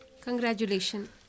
Congratulations